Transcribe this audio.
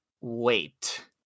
wait